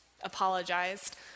apologized